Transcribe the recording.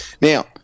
Now